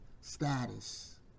status